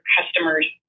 customers